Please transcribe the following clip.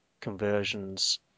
conversions